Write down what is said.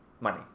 money